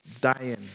dying